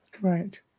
right